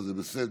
וזה בסדר,